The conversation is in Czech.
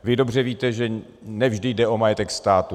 Vy dobře víte, že ne vždy jde o majetek státu.